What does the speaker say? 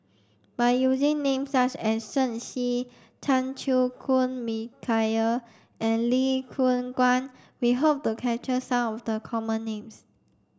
by using names such as Shen Xi Chan Chew Koon and Lee Choon Guan we hope the capture some of the common names